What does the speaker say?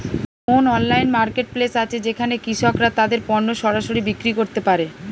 কোন online marketplace আছে যেখানে কৃষকরা তাদের পণ্য সরাসরি বিক্রি করতে পারে?